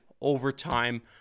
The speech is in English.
overtime